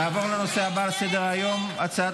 נעבור לנושא הבא על סדר-היום: הצעת